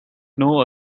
know